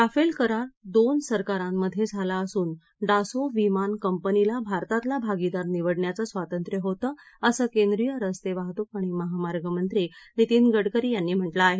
Rafale करार दोन सरकारांमध्ये झाला असून डासो विमान कंपनीला भारतातला भागीदार निवडण्याचं स्वातंत्रय होतं असं केंद्रीय रस्ते वाहतूक आणि महामार्ग मंत्री नितीन गडकरी यांनी म्हटलं आहे